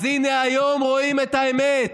אז הינה היום רואים את האמת.